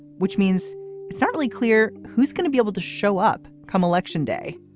which means it's hardly clear who's gonna be able to show up come election day.